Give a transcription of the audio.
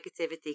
negativity